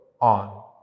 on